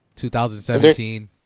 2017